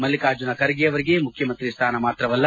ಮಲ್ಲಿಕಾರ್ಜುನ ಖರ್ಗೆಯವರಿಗೆ ಮುಖ್ಯಮಂತ್ರಿ ಸ್ವಾನ ಮಾತ್ರವಲ್ಲ